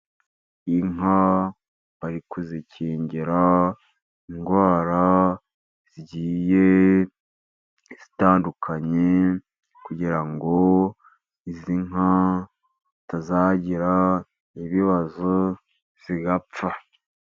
Inka bari kuzikingira indwara zigiye zitandukanye, kugira ngo izi nka zitazagira ibibazo zigapfa.